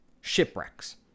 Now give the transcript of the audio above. shipwrecks